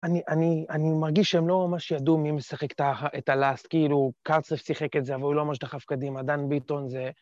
אני מרגיש שהם לא ממש ידעו מי משחק את הלאסט, כאילו קרצף שיחק את זה, אבל הוא לא ממש דחף קדימה, דן ביטון זה...